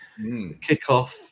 kickoff